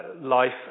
life